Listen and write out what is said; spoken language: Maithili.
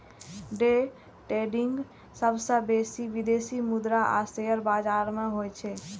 डे ट्रेडिंग सबसं बेसी विदेशी मुद्रा आ शेयर बाजार मे होइ छै